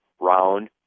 round